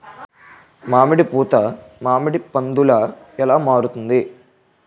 మామిడి పూత మామిడి పందుల ఎలా మారుతుంది?